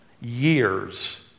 years